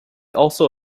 also